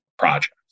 project